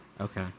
Okay